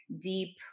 deep